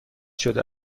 شده